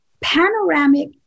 Panoramic